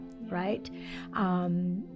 right